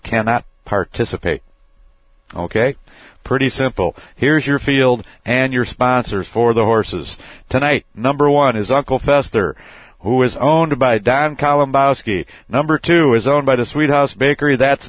cannot participate ok pretty simple here's your field and your sponsors for the horses tonight number one is uncle fester who is owned by don columbine skeet number two is owned by the sweet house bakery that